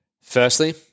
firstly